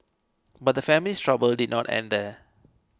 but the family's trouble did not end there